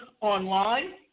online